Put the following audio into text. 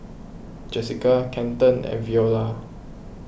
Jessica Kenton and Veola